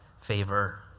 favor